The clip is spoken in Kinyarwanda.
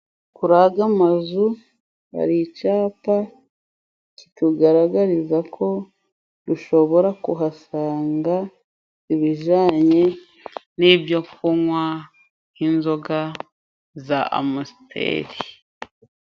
kuri aga amazu, hari icyapa kitugaragariza ko ushobora kuhasanga ibijanye n'ibyo kunywa nk'inzoga za amasteri